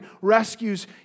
rescues